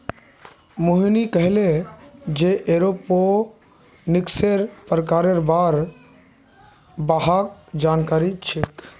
मोहिनी कहले जे एरोपोनिक्सेर प्रकारेर बार वहाक जानकारी छेक